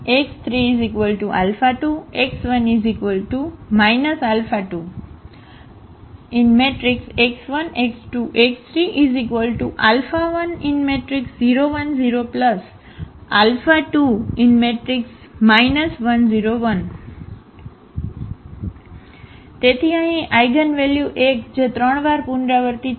x1 x2 x3 10 1 0 2 1 0 1 તેથી અહીં eigenvalue 1 જે 3 વાર પુનરાવર્તિત થયું